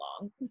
long